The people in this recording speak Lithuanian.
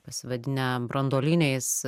pasivadinę branduoliniais